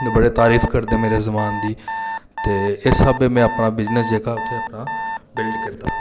बड़ी तारीफ करदे मेरे समान दी ते इस स्हाबै में अपना बिजनस जेह्का उत्थै अपना बिल्ड कीता